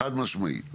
חד משמעית?